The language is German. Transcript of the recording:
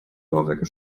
bauwerke